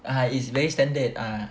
a'ah it's very standard ah